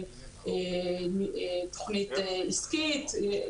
תכנית עסקית,